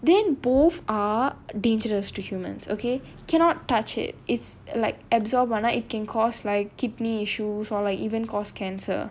then both are dangerous to humans okay cannot touch it it's like absorbed ஆனா:aanaa it can because like kidney issues or like even because cancer